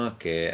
che